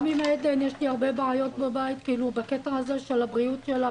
גם עם עדן יש לי הרבה בעיות בבית בקטע הזה של הבריאות שלה,